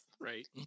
Right